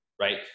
right